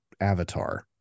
avatar